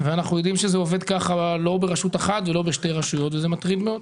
ואנחנו יודעים שזה עובד כך לא ברשות אחת ולא בשתיים וזה מטריד מאוד.